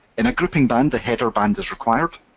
in a grouping band the header band is required,